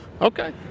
Okay